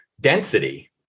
density